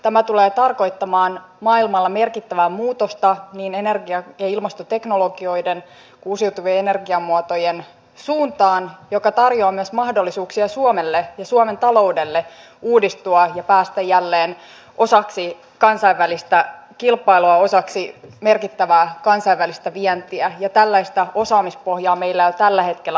tämä tulee tarkoittamaan maailmalla merkittävää muutosta niin energia ja ilmastoteknologioiden kuin uusiutuvien energiamuotojen suuntaan mikä tarjoaa myös mahdollisuuksia suomelle ja suomen taloudelle uudistua ja päästä jälleen osaksi kansainvälistä kilpailua osaksi merkittävää kansainvälistä vientiä ja tällaista osaamispohjaa meillä jo tällä hetkellä on